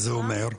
וזה אומר?